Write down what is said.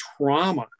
trauma